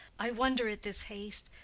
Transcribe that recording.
i wonder at this haste,